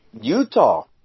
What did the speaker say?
Utah